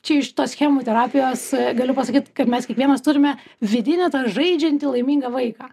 čia iš tos schemų terapijos galiu pasakyt kad mes kiekvienas turime vidinį tą žaidžiantį laimingą vaiką